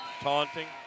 Taunting